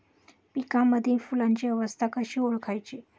पिकांमधील फुलांची अवस्था कशी ओळखायची?